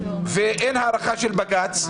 ואין הארכה של בג"ץ,